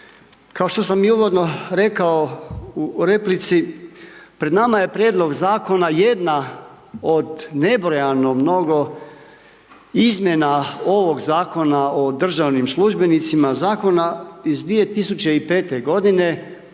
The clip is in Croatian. Kao što sam i uvodno rekao u replici, pred nama je prijedlog zakona, jedna od nebrijano mnogo izmjena ovog Zakona o državnim službenicima, zakona iz 2005. g.